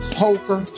poker